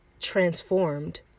transformed